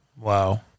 Wow